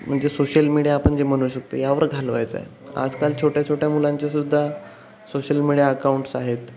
म्हणजे social media आपण जे म्हणू शकतो यावर घालवायचं आहे आजकाल छोट्या छोट्या मुलांच्या सुद्धा सोशल मीडिया अकाऊंट्स आहेत